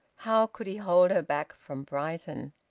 how could he hold her back from brighton?